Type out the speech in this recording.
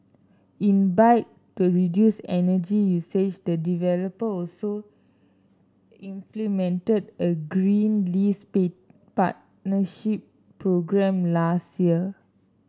in bid to reduce energy usage the developer also implemented a green lease be partnership programme last year